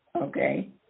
Okay